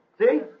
See